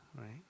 right